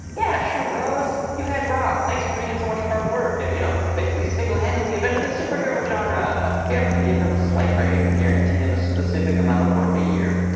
yeah, sure bros. you guys rock. thanks for putting in so much hard work, and you know basically single-handedly inventing the superhero genre. he offered to give them a slight raise and guaranteed them a specific amount of work a year.